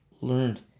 learned